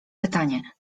pytanie